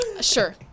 sure